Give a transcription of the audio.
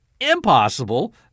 impossible